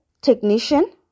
Technician